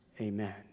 amen